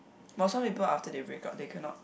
but some people after they break up they cannot